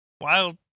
wild